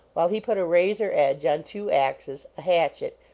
while he put a razor-edge on two axes, a hatchet,